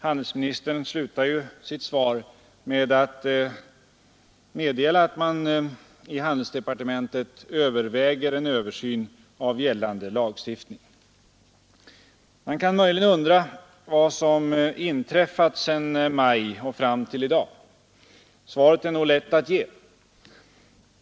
Handelsministern slutade ju sitt svar med att meddela att man i handelsdepartementet överväger en översyn av gällande lagstiftning. Man kan möjligen undra vad som inträffat sedan maj fram till i dag. Svaret är nog lätt att ge.